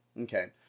okay